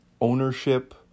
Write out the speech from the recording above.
ownership